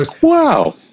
wow